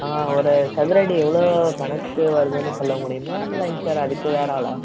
ஆ ஒரு சதுர அடி எவ்வளோ கணக்கு வருதுன்னு சொல்ல முடியுமா இல்லைங்க சார் அதுக்கு வேறு ஆளா